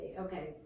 Okay